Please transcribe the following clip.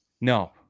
No